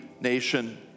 nation